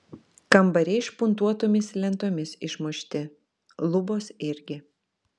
kambariai špuntuotomis lentomis išmušti lubos irgi